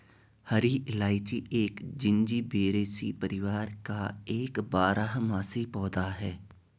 हरी इलायची एक जिंजीबेरेसी परिवार का एक बारहमासी पौधा है